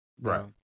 Right